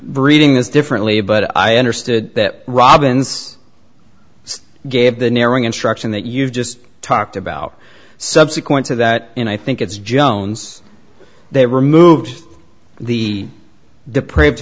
reading this differently but i understood that robbins gave the narrowing instruction that you've just talked about subsequent to that and i think it's jones they removed the deprived